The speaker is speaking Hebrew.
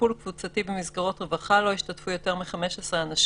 בטיפול קבוצתי במסגרות רווחה לא ישתתפו יותר מ-15 אנשים,